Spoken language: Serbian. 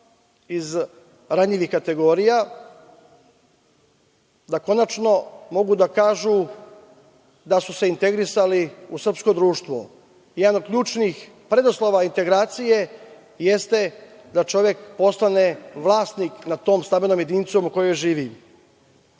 iz ranjivih kategorija, konačno mogu da kažu da su se integrisali u srpsko društvo. Jedan od ključnih preduslova integracije jeste da čovek postane vlasnik nad tom stambenom jedinicom u kojoj